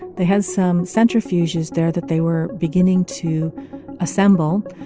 they had some centrifuges there that they were beginning to assemble.